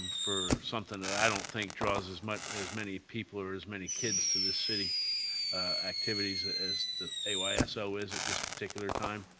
for something that i don't think draws as but as many people or as many kids to this city activities ah as the ayso ah so is at this particular time,